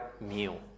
meal